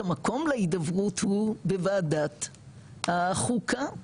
המקום להידברות הוא בוועדת החוקה,